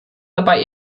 dabei